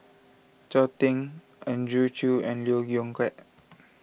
Chao Tzee Andrew Chew and Lee Yong Kiat